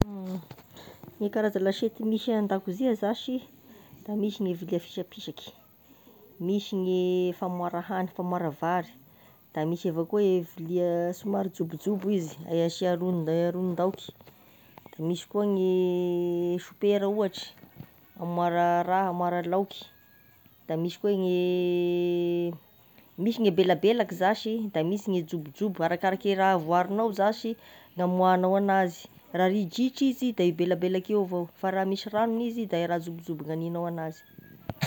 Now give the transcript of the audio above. Gne karaza lasiety misy an-dakozia zashy da misy gne vilia fisapisaky, misy gne famora hany, famora vary, da misy avy akoa e vilia somary jobojobo izy hay asia rogny da rognin-daoky misy koa gne sopera ohatry, amoara raha amoara laoky, da misy koa igny e misy gne belabelaky zashy, da misy gne jobojobo, arakaraky e raha voarinao zashy gn'amoahanao anazy, raha ridritra izy da e belabelaky io avao, fa raha misy ragnony izy, de raha jobojobo gnanignao anazy.